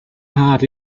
heart